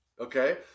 okay